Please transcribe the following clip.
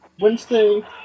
Wednesday